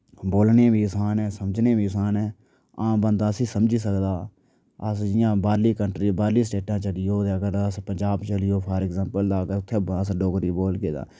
बोलने बी असान ऐ समझने बी असान ऐ आम बन्दा इस्सी समझी सकदा अस जियां बाह्रली कंट्री बाह्रली स्टेटा चली जायो ते अगर अस पंजाब चली जाओ फार एक्साम्प्ल अगर उत्थें अस डोगरी बोलगे तां